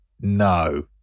no